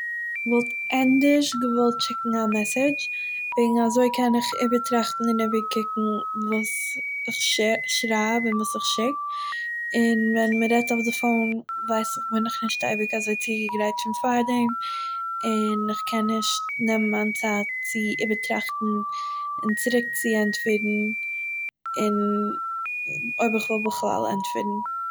כ'וואלט ענדערש שיקן א מעסעדזש, וועגן אזוי קען איך איבערטראכטן און איבערקוקן וואס איך שיק- שרייב, און וואס איך שיק, און ווען מען רעדט אויף דער פאון ווייס איך- בין איך נישט אייביג אזוי צוגעגרייט פון פאר דעם, און איך קען נישט נעמען מיין צייט צו איבערטראכטן און צוריק צו ענטפערן און, אויב איך וויל בכלל ענטפערן